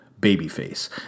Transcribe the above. babyface